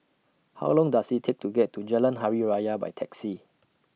How Long Does IT Take to get to Jalan Hari Raya By Taxi